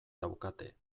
daukate